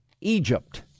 Egypt